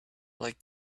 like